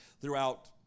throughout